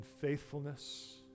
faithfulness